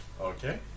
Okay